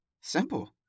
Simple